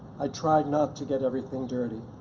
i tried not to get everything dirty.